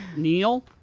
kneel.